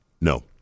No